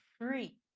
free